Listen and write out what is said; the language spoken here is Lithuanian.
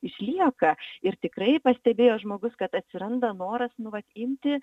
išlieka ir tikrai pastebėjo žmogus kad atsiranda noras nu vat imti